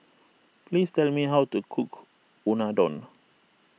please tell me how to cook Unadon